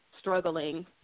struggling